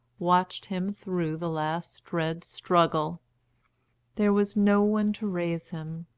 watched him through the last dread struggle there was no one to raise him,